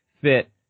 fit